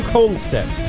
Concept